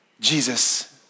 Jesus